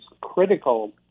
critical